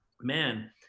man